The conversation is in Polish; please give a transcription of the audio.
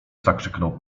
zakrzyknął